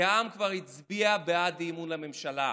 כי העם כבר הצביע בעד אי-אמון בממשלה.